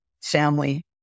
family